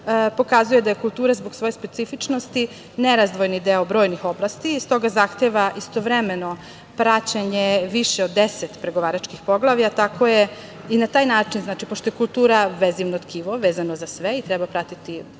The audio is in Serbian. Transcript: Pokazuje da je kultura zbog svoje specifičnosti nerazdvojni deo brojnih oblasti i stoga zahteva istovremeno praćenje više od 10 pregovaračkih poglavlja. Tako i na taj način, znači, pošto je kultura vezivno tkivo, vezano za sve i treba pratiti